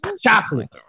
Chocolate